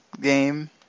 game